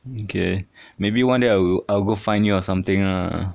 okay maybe one day I will I will go find you or something lah